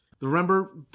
Remember